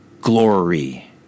glory